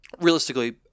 realistically